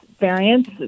variants